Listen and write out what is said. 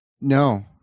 No